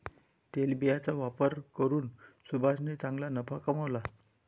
तेलबियांचा व्यापार करून सुभाषने चांगला नफा कमावला